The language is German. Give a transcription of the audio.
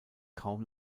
kaum